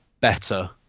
better